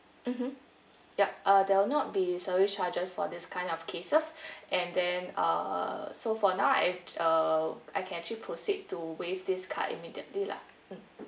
mm hmm ya uh there will not be service charges for this kind of cases and then uh so for now I uh I can actually proceed to waive this card immediately lah